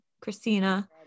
Christina